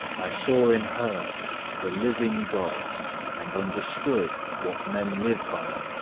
i saw in her the living god and understood what men live by.